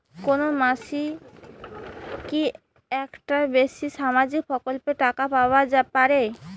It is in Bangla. কোনো মানসি কি একটার বেশি সামাজিক প্রকল্পের টাকা পাবার পারে?